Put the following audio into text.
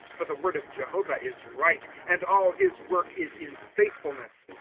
for the word of jehovah is right and all his work is in faithfulness.